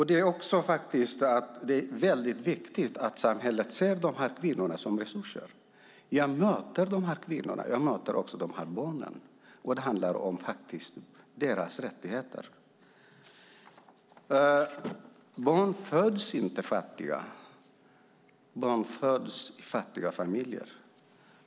Det är väldigt viktigt att samhället ser dessa kvinnor som resurser. Jag möter de här kvinnorna, och jag möter också barnen. Det handlar faktiskt om deras rättigheter. Barn föds inte fattiga; de föds i fattiga familjer.